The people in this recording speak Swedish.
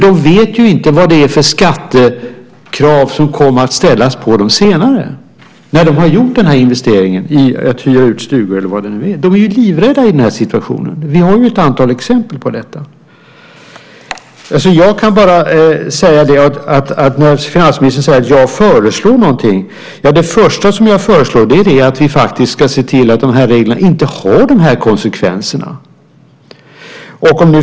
De vet inte vad det är för skattekrav som kommer att ställas på dem senare, när de gjort den här investeringen i att hyra ut stugor eller vad det nu är. De är livrädda för situationen. Vi har ett antal exempel på detta. Finansministern säger att jag föreslår någonting. Jag föreslår att vi faktiskt ska se till att de här reglerna inte får de här konsekvenserna.